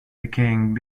decaying